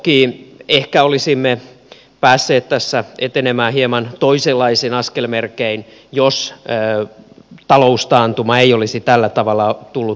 toki ehkä olisimme päässeet tässä etenemään hieman toisenlaisin askelmerkein jos taloustaantuma ei olisi tällä tavalla tullut niskaamme